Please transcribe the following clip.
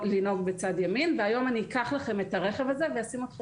בצד ימין והיום אני אקח לכם את הרכב הזה ואשים אתכם